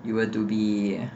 you were to be